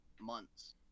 months